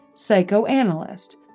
psychoanalyst